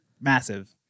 massive